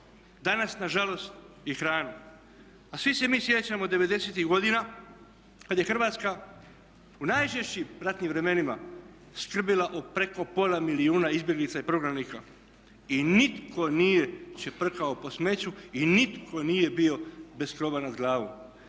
danas nažalost i hranu. A svi se mi sjećamo '90.-tih godina kada je Hrvatska u najžešćim ratnim vremenima skrbila o preko pola milijuna izbjeglica i prognanika i nitko nije čeprkao po smeću i nitko nije bio bez krova nad glavom.